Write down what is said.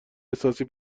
احساسی